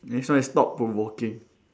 next one is thought provoking